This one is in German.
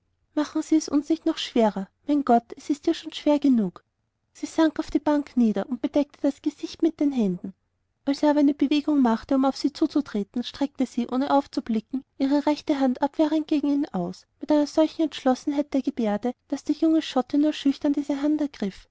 machen sie es uns nicht noch schwerer mein gott es ist ja so schon schwer genug sie sank auf die bank nieder und bedeckte das gesicht mit den händen als er aber eine bewegung machte um auf sie zuzutreten streckte sie ohne aufzublicken ihre rechte hand abwehrend gegen ihn aus mit einer solchen entschlossenheit der geberde daß der junge schotte nur schüchtern diese hand ergriff